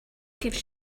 gives